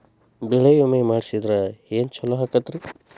ಬೆಳಿ ವಿಮೆ ಮಾಡಿಸಿದ್ರ ಏನ್ ಛಲೋ ಆಕತ್ರಿ?